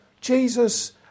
Jesus